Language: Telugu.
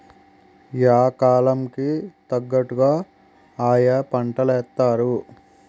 యా కాలం కి తగ్గట్టుగా ఆయా పంటలేత్తారు